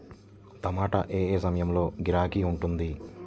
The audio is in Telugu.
టమాటా ఏ ఏ సమయంలో గిరాకీ ఉంటుంది?